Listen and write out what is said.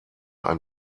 ein